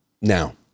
Now